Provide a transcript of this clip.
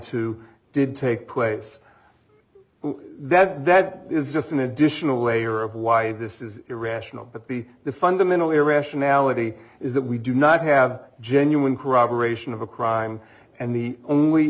to did take place that that is just an additional layer of why this is irrational but the fundamental irrationality is that we do not have genuine corroboration of a crime and the only